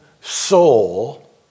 soul